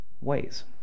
ways